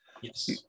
Yes